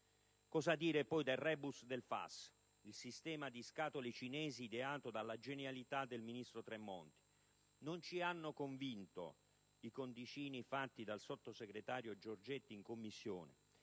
Cosa dire poi del *rebus* del FAS, il sistema di scatole cinesi ideato dalla genialità del ministro Tremonti? Non ci hanno convinto i conticini fatti dal sottosegretario Giorgetti in Commissione